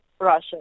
Russia